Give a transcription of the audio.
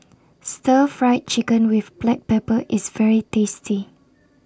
Stir Fried Chicken with Black Pepper IS very tasty